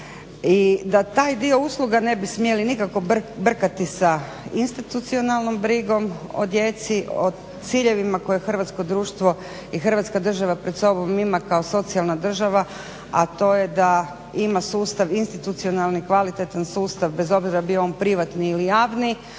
i da taj dio usluga ne bi smjeli nikako brkati sa institucionalnom brigom o djeci, o ciljevima koje hrvatsko društvo i Hrvatska država pred sobom ima kao socijalna država, a to je da ima sustav institucionalni i kvalitetan sustav, bez obzira bio on privatni ili javni,